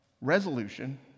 resolution